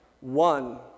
one